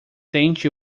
tente